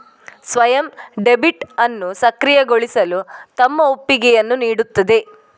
ಸ್ವಯಂ ಡೆಬಿಟ್ ಅನ್ನು ಸಕ್ರಿಯಗೊಳಿಸಲು ತಮ್ಮ ಒಪ್ಪಿಗೆಯನ್ನು ನೀಡುತ್ತದೆ